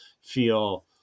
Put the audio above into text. feel